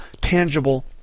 tangible